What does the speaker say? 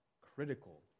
critical